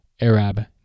Arab